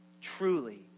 truly